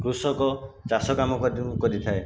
କୃଷକ ଚାଷକାମ କରିଥାଏ